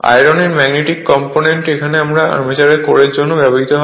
iron এর magnetic component এখানে armature কোরের জন্য ব্যবহৃত হয়